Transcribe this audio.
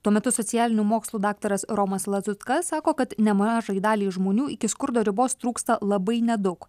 tuo metu socialinių mokslų daktaras romas lazutka sako kad nemažai daliai žmonių iki skurdo ribos trūksta labai nedaug